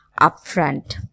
upfront